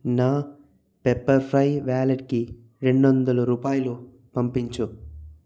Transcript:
నా Pepperfry వాలెట్కి రెండోదలు రూపాయలు పంపించు